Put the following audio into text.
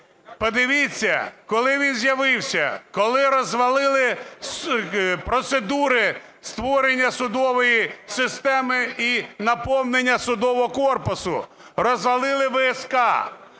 Подивіться, коли він з'явився. Коли розвалили процедури створення судової системи і наповнення судового корпусу. Розвалили ВСК.